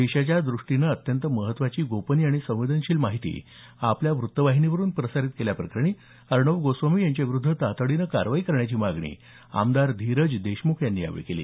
देशाच्या दृष्टीने अत्यंत महत्त्वाची गोपनीय आणि संवेदनशील माहिती आपल्या वृत्तवाहिनीवरुन प्रसारित केल्या प्रकरणी अर्णब गोस्वामी यांच्याविरुद्ध तातडीने कारवाई करण्याची मागणी आमदार धीरज देशमुख यांनी यावेळी केली